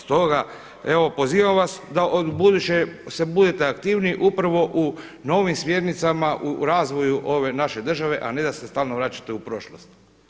Stoga evo pozivam vas da u buduće budite aktivniji upravo u novim smjernicama u razvoju ove naše države, a ne da se stalno vraćate u prošlost.